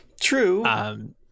True